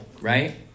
right